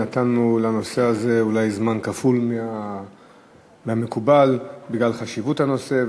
נתנו לנושא הזה אולי זמן כפול מהמקובל בגלל חשיבות הנושא.